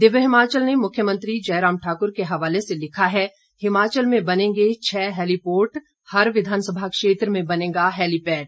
दिव्य हिमाचल ने मुख्यमंत्री जयराम ठाकर के हवाले से लिखा है हिमाचल में बनेंगे छह हेलीपोर्ट हर विधानसभा क्षेत्र में बनेगा हैलीपेड